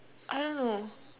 I don't know